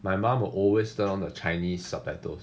my mom will always turn on the chinese subtitles